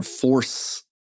force